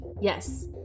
Yes